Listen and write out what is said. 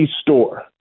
Store